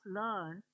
learn